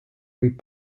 võib